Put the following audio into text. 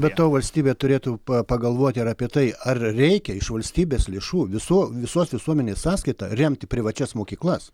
be to valstybė turėtų pa pagalvoti ir apie tai ar reikia iš valstybės lėšų visų visos visuomenės sąskaita remti privačias mokyklas